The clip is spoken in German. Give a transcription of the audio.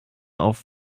auf